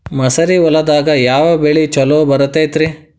ಮಸಾರಿ ಹೊಲದಾಗ ಯಾವ ಬೆಳಿ ಛಲೋ ಬರತೈತ್ರೇ?